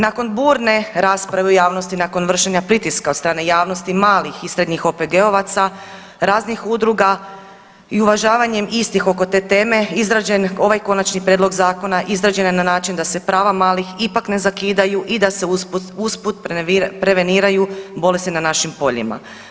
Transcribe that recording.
Nakon burne rasprave u javnosti nakon vršenja pritiska od strane javnosti malih i srednjih OPG-ovaca, raznih udruga i uvažavanjem istih oko te teme izrađen ovaj Konačni prijedlog zakona izrađen je na način da se prava malih ipak ne zakidaju i da se usput preveniraju bolesti na našim poljima.